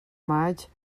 maig